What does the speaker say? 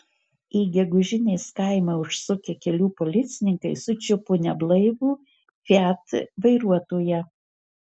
į gegužinės kaimą užsukę kelių policininkai sučiupo neblaivų fiat vairuotoją